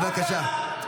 בבקשה.